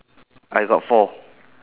I got four